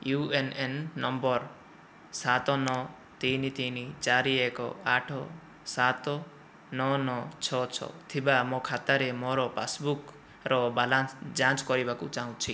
you A N number ସାତ ନଅ ତିନି ତିନି ଚାରି ଏକ ଆଠ ସାତ ନଅ ନଅ ଛଅ ଛଅ ଥିବା ମୋ ଖାତାରେ ମୋର ପାସ୍ବୁକ୍ ର ବାଲାନ୍ସ ଯାଞ୍ଚ କରିବାକୁ ଚାହୁଁଛି